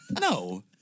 No